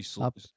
up